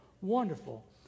wonderful